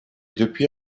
depuis